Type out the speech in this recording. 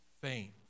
faint